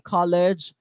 College